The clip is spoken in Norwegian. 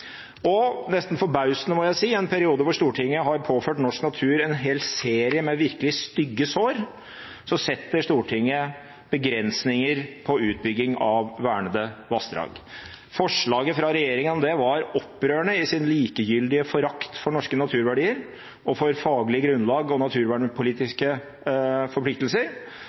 Og – nesten forbausende, må jeg si – i en periode hvor Stortinget har påført norsk natur en hel serie med virkelig stygge sår, setter Stortinget begrensninger på utbygging av vernede vassdrag. Forslaget fra regjeringen om det var opprørende i sin likegyldige forakt for norske naturverdier og for faglig grunnlag og naturvernpolitiske forpliktelser.